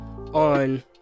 on